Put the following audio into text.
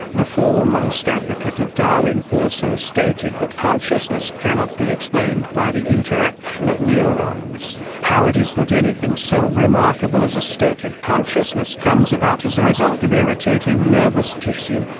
the foremost advocate of darwin also stated that consciousness cannot be explained by the interaction of neurons how it is that anything so remarkable as a state of consciousness comes about as a result of irritating nervous tissue,